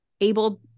able